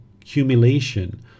accumulation